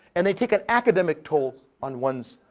and they take an academic toll on one's